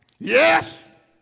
Yes